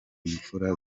imfura